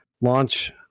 launch